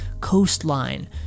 coastline